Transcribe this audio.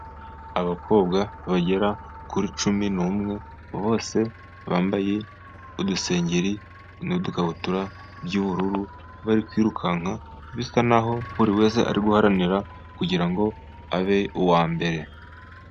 Abakobwa bagera kuri cumi n'umwe bose bambaye udusengeri n'udukabutura by'ubururu bari kwirukanka bisa naho buriwese ari guharanira kugira ngo abe uwa mbere.